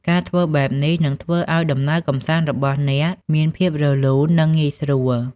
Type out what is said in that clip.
ការធ្វើបែបនេះនឹងធ្វើឱ្យដំណើរកម្សាន្តរបស់អ្នកមានភាពរលូន និងងាយស្រួល។